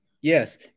Yes